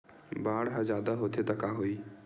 बाढ़ ह जादा होथे त का होही?